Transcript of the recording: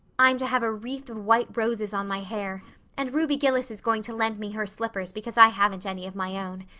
i'm to have a wreath of white roses on my hair and ruby gillis is going to lend me her slippers because i haven't any of my own.